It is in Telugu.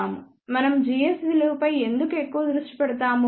మనం gs విలువపై ఎందుకు ఎక్కువ దృష్టిపెడతాము